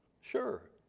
Sure